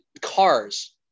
cars